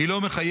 היא לא מחייבת,